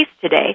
today